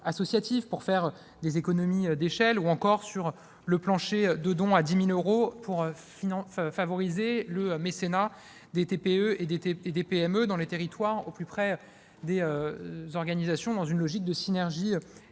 pour faire des économies d'échelle, ou sur le plancher de dons à 10 000 euros, pour favoriser le mécénat des TPE et des PME dans les territoires, au plus près des organisations, dans une logique de synergie territoriale.